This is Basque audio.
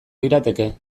lirateke